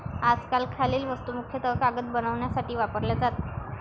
आजकाल खालील वस्तू मुख्यतः कागद बनवण्यासाठी वापरल्या जातात